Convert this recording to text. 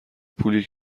پولیه